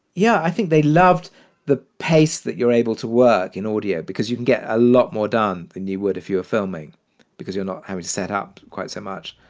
yeah, i think they loved the pace that you're able to work in audio because you can get a lot more done than you would if you were filming because you're not having to set up quite so much.